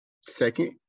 second